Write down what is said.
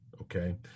Okay